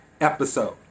episode